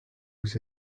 vous